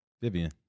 Vivian